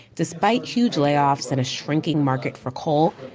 despite huge layoffs and a shrinking market for coal,